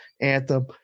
anthem